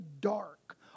dark